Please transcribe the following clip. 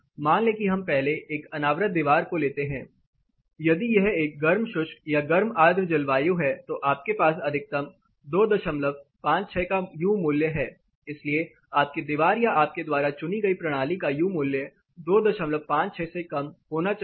मान लें कि हम पहले एक अनावृत दीवार को लेते हैं यदि यह एक गर्म शुष्क या गर्म आर्द्र जलवायु है तो आपके पास अधिकतम 256 का यू मूल्य है इसलिए आपकी दीवार या आपके द्वारा चुनी गई प्रणाली का यू मूल्य 256 से कम होना चाहिए